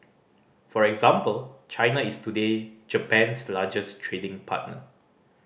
for example China is today Japan's largest trading partner